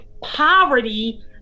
poverty